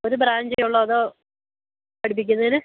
ഒരു ബ്രാഞ്ചേ ഉള്ളോ അതോ പഠിപ്പിക്കുന്നതിന്